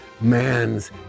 man's